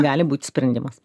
gali būti sprendimas